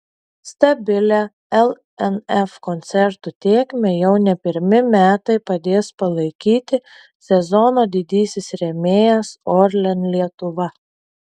stabilią lnf koncertų tėkmę jau ne pirmi metai padės palaikyti sezono didysis rėmėjas orlen lietuva